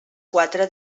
quatre